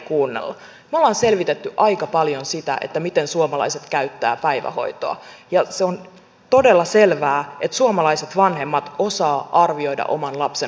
me olemme selvittäneet aika paljon sitä miten suomalaiset käyttävät päivähoitoa ja se on todella selvää että suomalaiset vanhemmat osaavat arvioida oman lapsen hoidon tarpeen